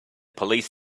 police